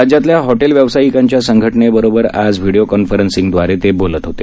राज्यातल्या हॉटेल व्यावसायिकांच्या संघटनेबरोबर आज व्हिडिओ कॉन्फरन्सिंग द्वारे ते बोलत होते